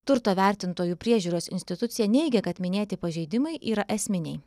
turto vertintojų priežiūros institucija neigia kad minėti pažeidimai yra esminiai